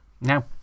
Now